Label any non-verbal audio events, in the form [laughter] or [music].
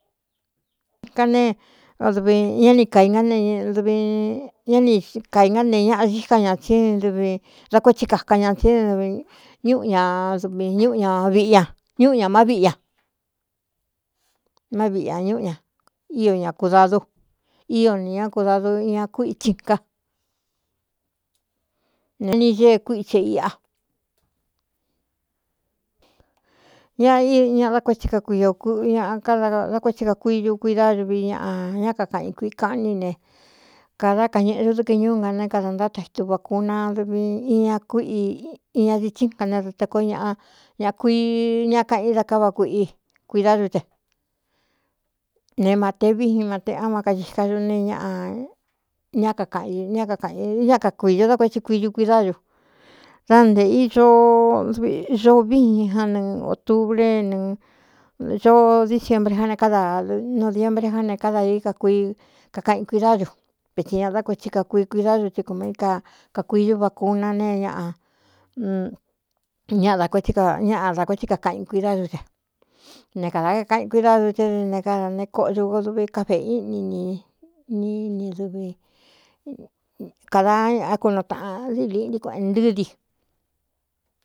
Ka nee a dvi ñá n kaádvñá ni kaī ngá ne ñaꞌa díka ña tsí dvi da kuétsi kāka ña tsé ñꞌ ñav ꞌñúꞌu ñā má viꞌi ña [hesitation] má viꞌi ñā ñúꞌu ña í ña kudadú í ne ñá kudadu iña kusika nee ni ñée kuítsɨ [hesitation] i aadá kuetsi kakuidu kuídáduvi ñaꞌ ñá kakaꞌin kuiꞌi kaꞌ ní ne kadá ka ñēꞌe du dɨkɨ ñúú nga né kadā ntáta xtuva kuna dvi ña kuíꞌi iña ditsínka ne da te koo ñaꞌ ñakui ña kaꞌin da kává kuiꞌi kuidádú tɨ ne mate víjin mate á má kaika ñu nee ñaꞌ ñá ꞌn ñá aꞌnña ka kuiño dá kuetsi kuidu kuídáyu dá ntē oo víin ján nɨ otubré nɨɨ ñoo dií siebre já ne káda noviembre ján ne káda īí kakui kakaꞌin kuidá du vetsi ña dá kuetsí kakui kuídáyu tsɨ kuma i ka kakuidúvā kuna nee ñꞌ ñ a ñaꞌa da kuétsi kakaꞌin kuidádú de ne kādā kákaꞌin kuídádu te dɨ ne káda ne koꞌodu ko duvi ka vēꞌe íꞌni nī ní ni dɨvi kādā ñaꞌá kunu tāꞌan di liꞌnti kueꞌe ntɨ́́ di.